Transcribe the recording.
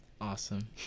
awesome